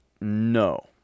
No